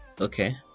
Okay